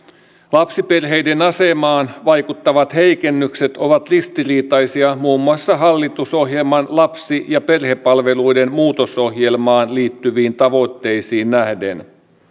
lapsiperheiden asemaan vaikuttavat heikennykset ovat ristiriitaisia muun muassa hallitusohjelman lapsi ja perhepalveluiden muutosohjelmaan liittyviin tavoitteisiin nähden